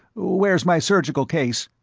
where's my surgical case?